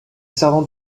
servant